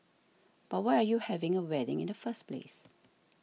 but why are you having a wedding in the first place